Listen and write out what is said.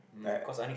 I